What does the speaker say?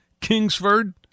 Kingsford